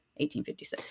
1856